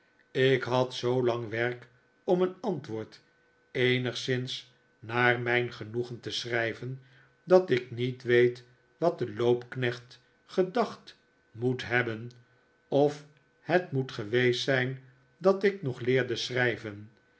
ik had zoolang werk om een antwoord eenigszins naar mijn genoegen te schrijven dat ik niet weet wat de loopknecht gedacht moet hebben of het moet geweest zijn dat ik nog leerde schrijven